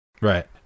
Right